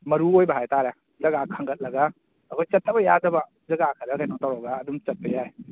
ꯃꯔꯨ ꯑꯣꯏꯕ ꯍꯥꯏꯇꯥꯔꯦ ꯖꯒꯥ ꯈꯟꯒꯠꯂ ꯑꯩꯈꯣꯏ ꯆꯠꯇꯕ ꯌꯥꯗꯕ ꯖꯒꯥ ꯈꯔ ꯀꯩꯅꯣ ꯇꯧꯔꯒ ꯑꯗꯨꯝ ꯆꯠꯄ ꯌꯥꯏ